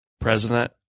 president